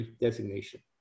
designation